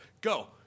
go